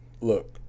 Look